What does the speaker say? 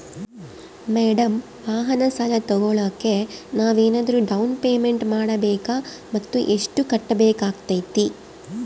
Madam ವಾಹನ ಸಾಲ ತೋಗೊಳೋಕೆ ನಾವೇನಾದರೂ ಡೌನ್ ಪೇಮೆಂಟ್ ಮಾಡಬೇಕಾ ಮತ್ತು ಎಷ್ಟು ಕಟ್ಬೇಕಾಗ್ತೈತೆ?